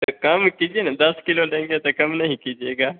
तो कम कीजिए न दस किलो लेंगे तो कम नहीं कीजिएगा